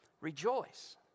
Rejoice